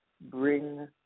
bring